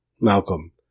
Malcolm